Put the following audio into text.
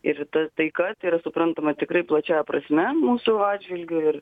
ir ta taika tai yra suprantama tikrai plačiąja prasme mūsų atžvilgiu ir